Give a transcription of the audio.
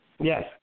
Yes